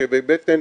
כאבי בטן,